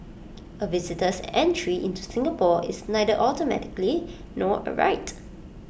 A visitor's entry into Singapore is neither automatically nor A right